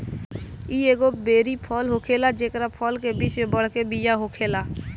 इ एगो बेरी फल होखेला जेकरा फल के बीच में बड़के बिया होखेला